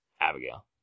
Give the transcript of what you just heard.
abigail